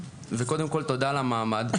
קודם כול, תודה על המעמד.